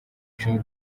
icumi